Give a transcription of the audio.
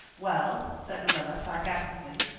well, said marilla sarcastically,